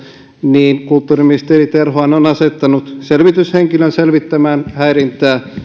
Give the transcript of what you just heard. niin kulttuuriministeri terhohan on asettanut selvityshenkilön selvittämään häirintää